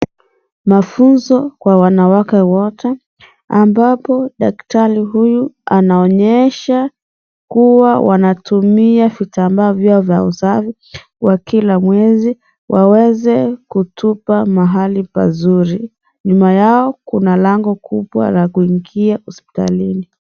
Mafunzo kwa wanawake wote ambapo daktari huyu anaonyesha kuwa wantumia vitambaa vyao vya usafi kwa kila mwezi waweze kutupa mahali pazuri . Nyuma yao kuna lango kubwa la kuingia hospitalini.